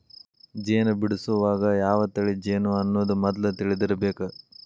ಜೇನ ಬಿಡಸುವಾಗ ಯಾವ ತಳಿ ಜೇನು ಅನ್ನುದ ಮದ್ಲ ತಿಳದಿರಬೇಕ